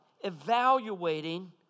evaluating